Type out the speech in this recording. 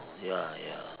ya ya